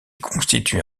constituent